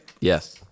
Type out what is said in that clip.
yes